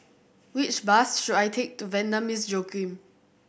which bus should I take to Vanda Miss Joaquim